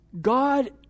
God